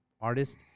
artist